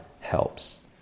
helps